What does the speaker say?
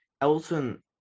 Elton